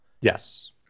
Yes